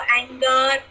anger